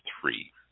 three